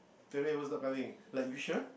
family was not coming like you sure